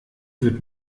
wird